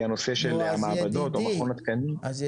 היא הנושא של המעבדות ומכון התקנים --- אז,